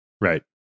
Right